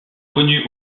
connus